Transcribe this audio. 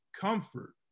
comfort